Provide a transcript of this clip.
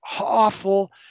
awful